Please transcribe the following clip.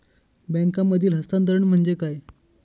बँकांमधील हस्तांतरण म्हणजे काय?